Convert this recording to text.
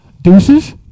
Deuces